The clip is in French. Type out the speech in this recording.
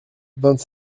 vingt